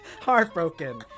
heartbroken